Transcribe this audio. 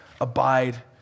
abide